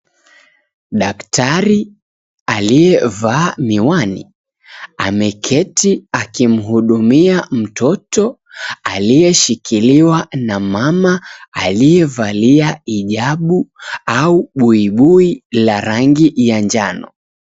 Daktari aliyevaa miwani, ameketi akimhudumia mtoto aliyeshikiliwa na mama aliyevalia hijabu au buibui la rangi ya njano.